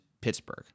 Pittsburgh